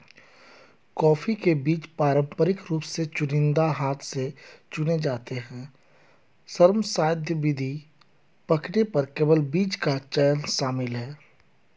coffee के बीज पारंपरिक रूप से चुनिंदा हाथ से चुने जाते हैं, श्रमसाध्य विधि, पकने पर केवल बीज का चयन शामिल है